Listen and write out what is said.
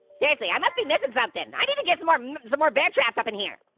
seriously, i must be missing something. i need to get some um more bear traps up in here.